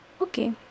okay